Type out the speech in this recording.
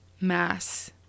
mass